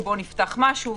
שבו נפתח משהו,